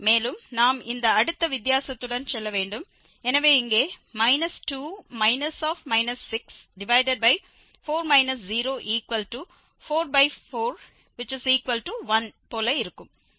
மேலும் நாம் இந்த அடுத்த வித்தியாசத்துடன் செல்ல வேண்டும் எனவே இங்கே 2 64 0441 போல இருக்கும்